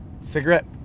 cigarette